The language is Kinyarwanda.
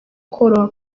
koroha